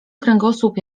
kręgosłup